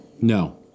No